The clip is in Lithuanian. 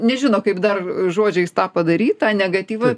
nežino kaip dar žodžiais tą padaryt tą negatyvą